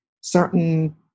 certain